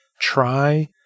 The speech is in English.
try